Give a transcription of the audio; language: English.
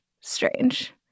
Strange